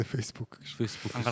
Facebook